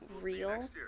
real